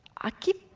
i keep,